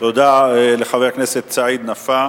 תודה לחבר הכנסת סעיד נפאע.